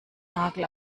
nagel